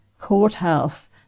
courthouse